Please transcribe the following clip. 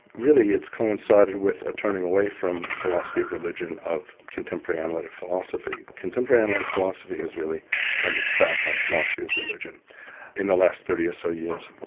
really it's coincided with a turning away from philosophy of religion of contemporary analytic philosophy. contemporary analytic philosophy has really turned its back on philosophy of religion in the last thirty or so years.